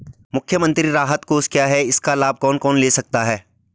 मुख्यमंत्री राहत कोष क्या है इसका लाभ कौन कौन ले सकता है?